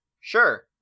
Sure